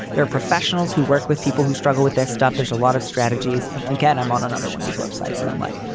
they're professionals who work with people who struggle with their stuff. there's a lot of strategies. and again, i'm on another one, these web sites. and i'm like,